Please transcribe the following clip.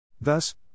Thus